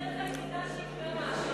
הדרך היחידה שיקרה משהו.